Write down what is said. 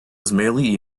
ismaili